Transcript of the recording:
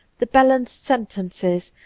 the balanced sentences,